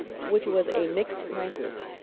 which was a mixed language,